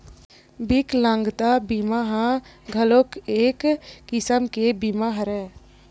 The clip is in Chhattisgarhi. बिकलांगता बीमा ह घलोक एक किसम के बीमा हरय